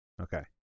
Okay